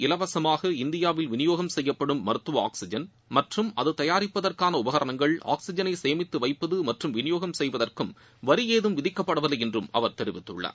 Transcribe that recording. இலவசமாக இந்தியாவில் விநியோகம் செய்யப்படும் மருத்துவ ஆக்சிஜன் மற்றும் அது தயாரிப்பதற்கான உபகரணங்கள் ஆக்சிஜனை சேமித்து வைப்பது மற்றும் விநியோகம் செய்வதற்கும் வரி ஏதும் விதிக்கப்படவில்லை என்றும் அவர் தெரிவித்துள்ளார்